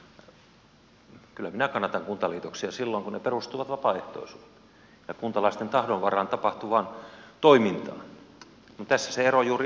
kyllä minä kannatan kuntaliitoksia silloin kun ne perustuvat vapaaehtoisuuteen ja kuntalaisten tahdon varassa tapahtuvaan toimintaan mutta tässä se ero juuri onkin